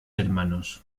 hermanos